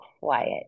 quiet